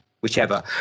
whichever